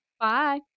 Bye